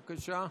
בבקשה,